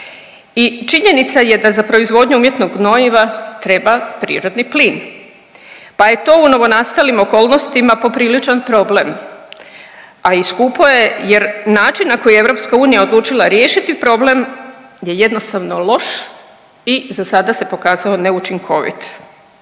i činjenica je da za proizvodnju umjetnog gnojiva treba prirodni plin, pa je to u novonastalim okolnostima popriličan problem, a i skupo je jer način na koji je EU odlučila riješiti problem je jednostavno loš i za sada se pokazao neučinkovit.